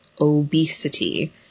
obesity